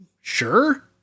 sure